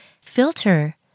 filter